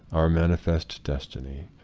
our mani fest destiny,